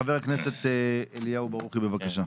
חבר הכנסת אליהו ברוכי, בבקשה.